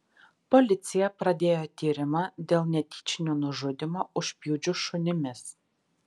policija pradėjo tyrimą dėl netyčinio nužudymo užpjudžius šunimis